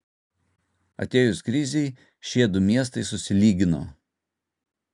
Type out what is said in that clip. atėjus krizei šie du miestai susilygino